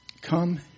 come